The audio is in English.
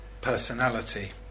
personality